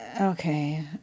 Okay